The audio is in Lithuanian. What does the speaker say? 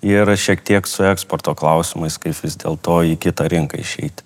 yra šiek tiek su eksporto klausimais kaip vis dėlto į kitą rinką išeiti